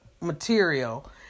material